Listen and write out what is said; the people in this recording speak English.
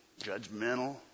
judgmental